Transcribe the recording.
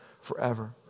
forever